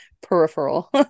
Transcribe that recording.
peripheral